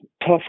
tough